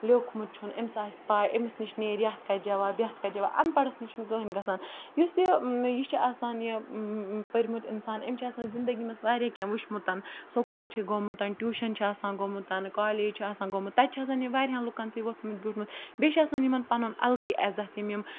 لیوکھمُت چھُن أمِس آسہِ پَے أمِس نِش نیرِ یَتھ کَتھِ جواب یَتھ کَتھِ جَواب اَن پَڑھس نِش چھُنہٕ کٕہٕنۍ گژھان یُس یہِ یہِ چھُ آسان یہِ پٔرۍمُت اِنسان أمۍ چھِ آسان زندگی منٛز واریاہ کینٛہہ وُچھمُت سکوٗل چھِ گوٚمُت ٹیوٗشَن چھِ آسان گوٚمُت کالیج چھُ آسان گوٚمُت تَتہِ چھِ آسان یہِ واریاہَن لُکَن سۭتۍ ووٚتھمُت بیوٗٹھمُت بیٚیہِ چھِ آسان یِمَن پَنُن الگٕے عزت یِم یِم